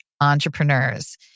entrepreneurs